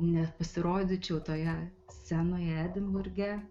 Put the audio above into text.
nepasirodyčiau toje scenoje edinburge